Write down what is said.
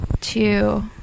two